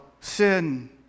sin